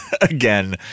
again